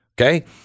Okay